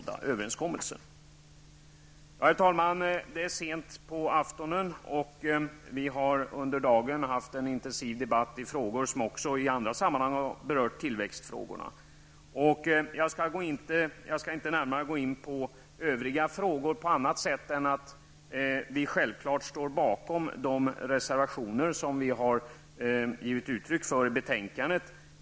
Det är sent på aftonen, och vi har under dagen haft en intensiv debatt inom andra områden där tillväxtfrågorna har tagits upp. Jag skall inte närmare gå in på övriga frågor på annat sätt än genom att säga att vi självfallet står bakom de reservationer som vi har fogat till betänkandet.